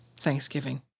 Thanksgiving